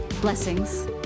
Blessings